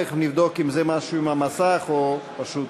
תכף נבדוק אם זה משהו עם המסך או פשוט